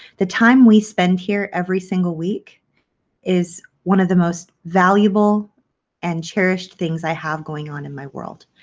the time we spend here every single week is one of the most valuable and cherished things i have going on in my world.